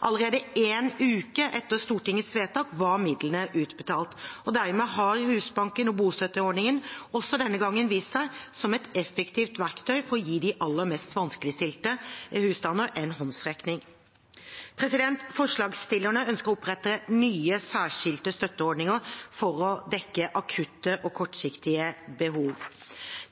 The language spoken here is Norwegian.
Allerede én uke etter Stortingets vedtak var midlene utbetalt. Dermed har Husbanken og bostøtteordningen også denne gangen vist seg som et effektivt verktøy for å gi de aller mest vanskeligstilte husstandene en håndsrekning. Forslagsstillerne ønsker å opprette nye, særskilte støtteordninger for å dekke akutte og kortsiktige behov.